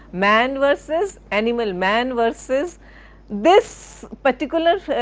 man versus animal, man versus this particular